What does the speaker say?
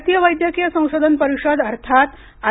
भारतीय वैद्यकीय संशोधन परिषद अर्थात आय